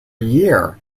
year